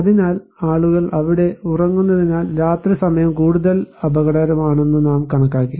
അതിനാൽ ആളുകൾ അവിടെ ഉറങ്ങുന്നതിനാൽ രാത്രി സമയം കൂടുതൽ അപകടകരമാണെന്ന് നാം കണക്കാക്കി